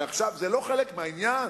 עכשיו זה לא חלק מהעניין?